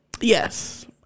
Yes